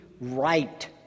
right